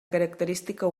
característica